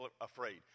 afraid